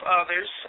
others